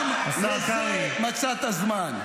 גם לזה מצאת זמן.